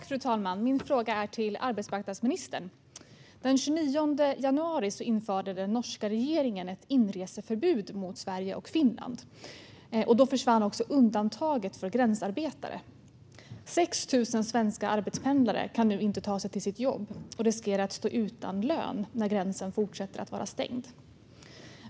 Fru talman! Min fråga är till arbetsmarknadsministern. Den 29 januari införde den norska regeringen ett inreseförbud mot Sverige och Finland. Då försvann också undantaget för gränsarbetare. 6 000 svenska arbetspendlare kan nu inte ta sig till sina jobb och riskerar att stå utan lön när gränsen fortsätter att vara stängd.